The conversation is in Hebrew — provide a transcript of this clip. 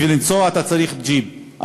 בשביל לנסוע אתה צריך ג'יפ,